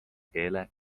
keele